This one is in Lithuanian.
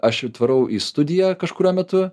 aš atvarau į studiją kažkuriuo metu